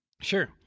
sure